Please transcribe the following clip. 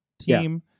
team